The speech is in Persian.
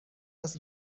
است